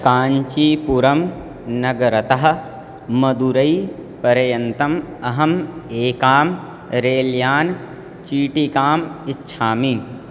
काञ्चीपुरं नगरतः मदुरैपर्यन्तम् अहम् एकां रेल्यानं चीटिकाम् इच्छामि